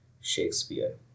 Shakespeare